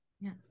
Yes